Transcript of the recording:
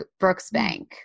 Brooksbank